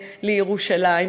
לירושלים,